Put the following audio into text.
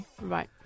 right